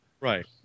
Right